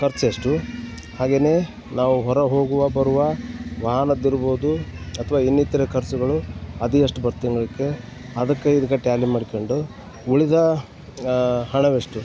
ಖರ್ಚೆಷ್ಟು ಹಾಗೇ ನಾವು ಹೊರ ಹೋಗುವ ಬರುವ ವಾಹನದ್ದಿರ್ಬೋದು ಅಥವಾ ಇನ್ನಿತರೆ ಖರ್ಚುಗಳು ಅದು ಎಷ್ಟ್ ಬರ್ತೆ ತಿಂಗ್ಳಿಗೆ ಅದಕ್ಕೆ ಇದ್ಕೆ ಟ್ಯಾಲಿ ಮಾಡ್ಕಂಡು ಉಳಿದ ಹಣವೆಷ್ಟು